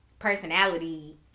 Personality